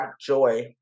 joy